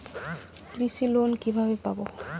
কৃষি লোন কিভাবে পাব?